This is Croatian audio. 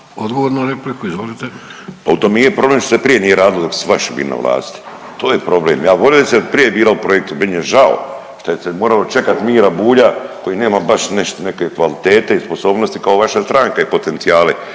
**Bulj, Miro (MOST)** Pa u tom i je problem što se prije nije radilo dok vaši bili na vlasti. Ja bi volio da je se prije bilo u projektu meni je žao šta je se moralo čekati Mira Bulja koji nema baš neke kvalitete i sposobnosti kao vaša stranka i potencijale.